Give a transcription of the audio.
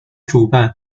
主办